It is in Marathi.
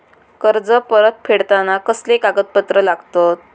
कर्ज परत फेडताना कसले कागदपत्र लागतत?